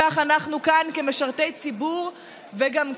אספר לכם את הסיפור על קצה המזלג: לפני